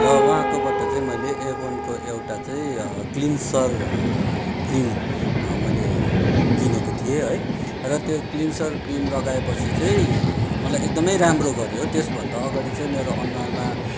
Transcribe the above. र उहाँकोबाट चाहिँ मैले एभनको एउटा चाहिँ क्निनसर क्रिम मैले किनेको थिएँ है र त्यो क्लिनसर क्रिम लगाएपछि चाहिँ मलाई एकदमै राम्रो गर्यो हो त्यसभन्दा अगाडि चाहिँ मेरो अनुहारमा